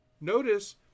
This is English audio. Notice